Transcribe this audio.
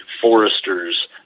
foresters